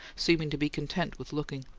seeming to be content with looking.